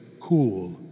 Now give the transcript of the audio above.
cool